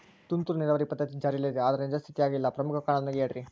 ತುಂತುರು ನೇರಾವರಿ ಪದ್ಧತಿ ಜಾರಿಯಲ್ಲಿದೆ ಆದರೆ ನಿಜ ಸ್ಥಿತಿಯಾಗ ಇಲ್ಲ ಪ್ರಮುಖ ಕಾರಣದೊಂದಿಗೆ ಹೇಳ್ರಿ?